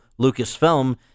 Lucasfilm